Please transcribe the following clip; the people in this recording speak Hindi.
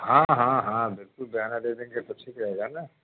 हाँ हाँ हाँ बिलकुल बयाना दे देंगे तो ठीक रहेगा ना